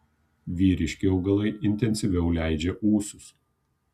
vyriški augalai intensyviau leidžia ūsus